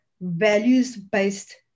values-based